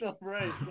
Right